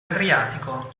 adriatico